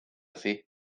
thi